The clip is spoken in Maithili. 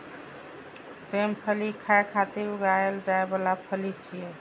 सेम फली खाय खातिर उगाएल जाइ बला फली छियै